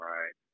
Right